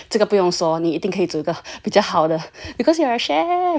of course of course you can definitely 这个不用说你一定可以做个比较好的 because you are a chef